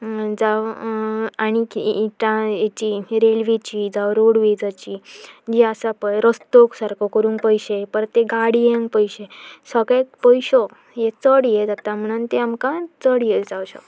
जावं आनी हेची रेल्वेची जावं रोडवेजाची जी आसा पळय रस्तो सारको करूंक पयशे परत ते गाडयेक पयशे सगळे पयश्यो हे चड हें जाता म्हणून ते आमकां चड हें जावं शकता